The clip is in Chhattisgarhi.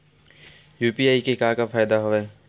यू.पी.आई के का फ़ायदा हवय?